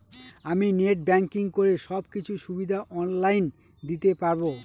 আমি net banking করে সব কিছু সুবিধা অন লাইন দিতে পারবো?